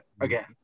again